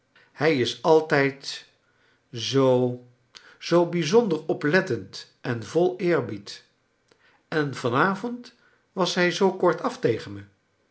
hij is altijd zoo zoo bijzonder oplettend en vol eerbied en van avond was hij zoo kortaf tegen me